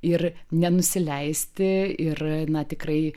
ir nenusileisti ir na tikrai